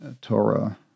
Torah